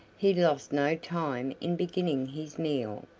he lost no time in beginning his meal,